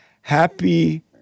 Happy